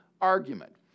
argument